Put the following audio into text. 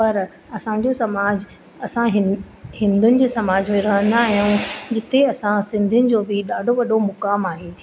पर असांजो समाज असां हिं हिंदुनि जे समाज में रहंदा आहियूं जिते असां सिंधियुनि जो बि ॾाढो वॾो मुक़ामु आहे